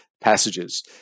passages